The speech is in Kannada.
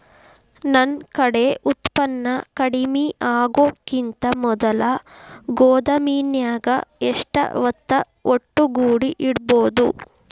ನನ್ ಕಡೆ ಉತ್ಪನ್ನ ಕಡಿಮಿ ಆಗುಕಿಂತ ಮೊದಲ ಗೋದಾಮಿನ್ಯಾಗ ಎಷ್ಟ ಹೊತ್ತ ಒಟ್ಟುಗೂಡಿ ಇಡ್ಬೋದು?